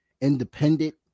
independent